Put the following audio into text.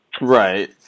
Right